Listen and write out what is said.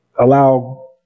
allow